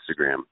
Instagram